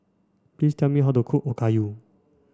please tell me how to cook Okayu